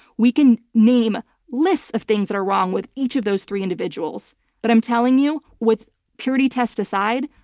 we can name lists of things that are wrong with each of those three individuals but i'm telling you with purity test aside,